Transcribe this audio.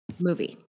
movie